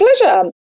Pleasure